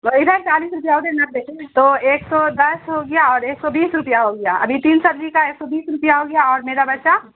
ادھر چالیس روپیہ ادھر نبے تو ایک سو دس ہو گیا اور ایک سو بیس روپیہ ہو گیا ابھی تین سبزی کا ایک سو بیس روپیہ ہوگیا اور میرا بچا